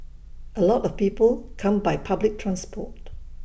A lot of people come by public transport